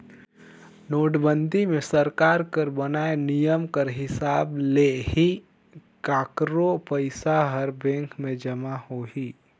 नोटबंदी मे सरकार कर बनाय नियम कर हिसाब ले ही काकरो पइसा हर बेंक में जमा होही